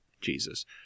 Jesus